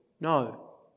no